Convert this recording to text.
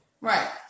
right